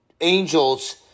angels